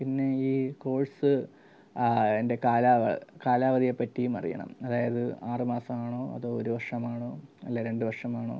പിന്നെ ഈ കോഴ്സ് അതിൻ്റെ കാലാ കാലാവധിയെ പറ്റിയും അറിയണം അതായത് ആറുമാസമാണോ അതോ ഒരു വർഷമാണോ അല്ലേ രണ്ടു വർഷമാണോ